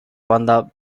banda